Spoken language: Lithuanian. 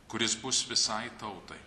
kuris bus visai tautai